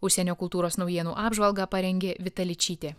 užsienio kultūros naujienų apžvalgą parengė vita ličytė